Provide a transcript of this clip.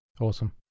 Awesome